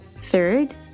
Third